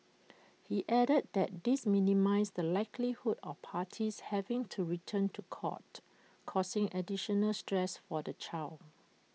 he added that this minimises the likelihood of parties having to return to court causing additional stress for the child